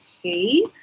Okay